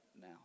now